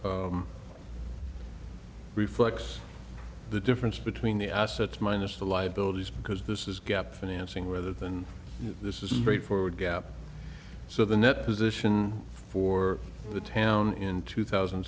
reflects the difference between the assets minus the liabilities because this is gap financing rather than this is a very forward gap so the net position for the town in two thousand